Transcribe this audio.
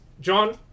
John